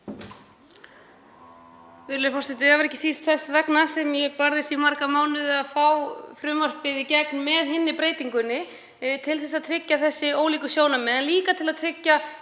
Það var ekki síst þess vegna sem ég barðist í marga mánuði fyrir því að fá frumvarpið í gegn með hinni breytingunni, til að tryggja þessi ólíku sjónarmið en líka til að tryggja